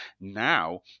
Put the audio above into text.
Now